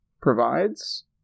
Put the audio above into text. provides